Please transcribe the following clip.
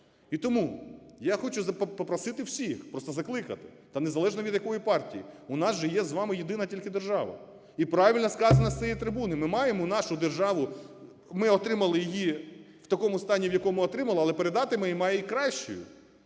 І тому, я хочу попросити всіх, просто закликати, незалежно від якої партії, у нас же є єдина тільки держава. І правильно сказано з цієї трибуни, ми маємо нашу державу, ми отримали її в такому стані в якому отримали, але передати ми маємо її кращою.